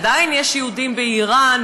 עדיין יש יהודים באיראן,